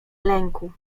lęku